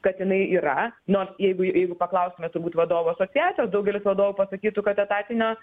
kad jinai yra nors jeigu jeigu paklaustumėt turbūt vadovų asociacijos daugelis vadovų pasakytų kad etatinio